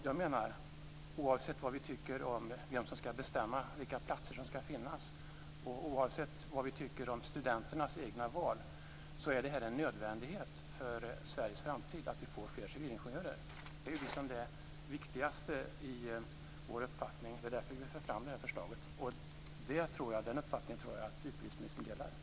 Jag menar att oavsett vad vi tycker om vem som ska bestämma vilka platser som ska finnas och vad vi tycker om studenternas egna val, är det en nödvändighet för Sveriges framtid att vi får fler civilingenjörer. Det är det viktigaste enligt vår uppfattning. Det är därför som vi för fram det här förslaget. Jag tror att utbildningsministern delar den uppfattningen.